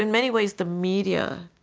and many ways, the media